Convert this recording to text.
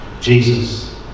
Jesus